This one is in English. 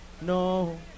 No